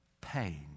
Pain